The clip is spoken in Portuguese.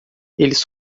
eles